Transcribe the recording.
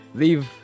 leave